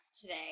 today